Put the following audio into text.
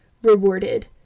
rewarded